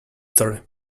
story